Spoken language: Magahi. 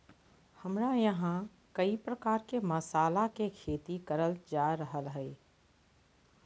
हमरा यहां कई प्रकार के मसाला के खेती करल जा रहल हई